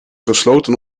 gesloten